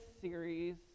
series